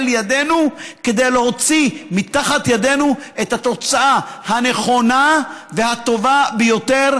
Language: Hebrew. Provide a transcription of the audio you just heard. ידנו כדי להוציא מתחת ידינו את התוצאה הנכונה והטובה ביותר,